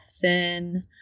thin